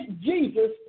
Jesus